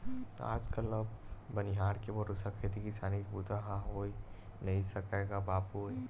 आज कल अब बनिहार के भरोसा खेती किसानी के बूता ह होय नइ सकय गा बाबूय